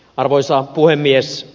arvoisa puhemies